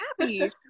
happy